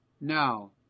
Now